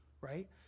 right